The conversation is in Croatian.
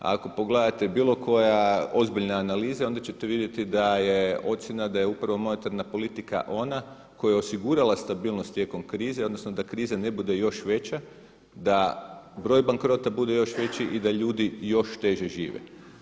Ako pogledate bilo koje ozbiljne analize onda ćete vidjeti da je ocjena da je upravno monetarna politika ona koja je osigurala stabilnost tijekom krize odnosno da kriza ne bude još veća, da broj bankrota bude još veći i da ljudi još teže žive.